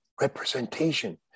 Representation